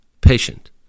patient